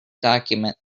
document